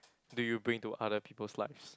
do you bring to other people's lives